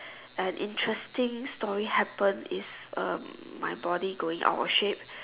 an interesting story happen is um my body going out of shape